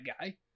guy